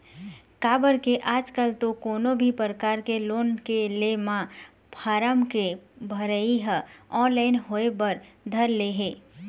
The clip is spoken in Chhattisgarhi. काबर के आजकल तो कोनो भी परकार के लोन के ले म फारम के भरई ह ऑनलाइन होय बर धर ले हे